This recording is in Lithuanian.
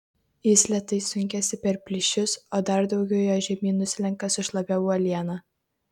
jis lėtai sunkiasi per plyšius o dar daugiau jo žemyn nuslenka su šlapia uoliena